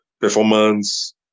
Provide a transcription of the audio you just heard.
performance